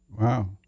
Wow